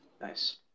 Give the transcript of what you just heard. Nice